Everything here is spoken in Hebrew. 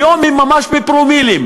היום הן ממש בפרומילים.